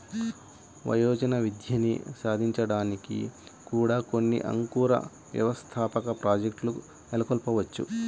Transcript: వయోజన విద్యని సాధించడానికి కూడా కొన్ని అంకుర వ్యవస్థాపక ప్రాజెక్ట్లు నెలకొల్పవచ్చు